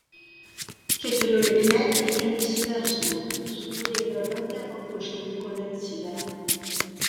keturiolikmetė ėmėsi verslo sukūrė prabangią papuošalų kolekciją